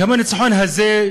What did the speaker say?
יום הניצחון הזה,